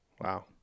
Wow